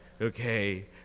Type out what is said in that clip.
okay